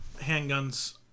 handguns